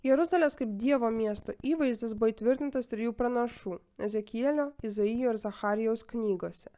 jeruzalės kaip dievo miesto įvaizdis buvo įtvirtintas trijų pranašų ezekielio izaijo ir zacharijaus knygose